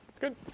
good